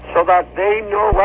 but um they know